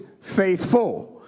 faithful